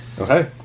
okay